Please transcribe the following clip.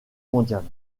mondiale